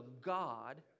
God